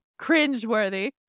cringeworthy